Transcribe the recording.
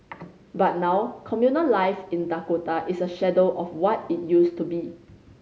but now communal life in Dakota is a shadow of what it used to be